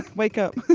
wake up!